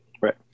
right